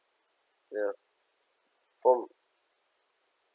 ya from